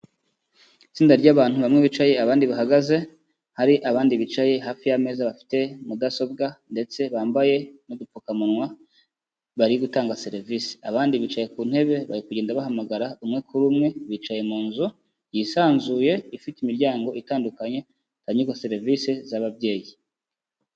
Itsinda ry'abantu bamwe bicaye abandi bahagaze, hari abandi bicaye hafi y'ameza bafite mudasobwa ndetse bambaye n'udupfukamunwa bari gutanga serivisi, abandi bicaye ku ntebe bari kugenda bahamagara umwe kuri umwe, bicaye mu nzu yisanzuye ifite imiryango itandukanye, hatangirwago serivisi z'ababyeyi.